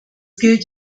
gilt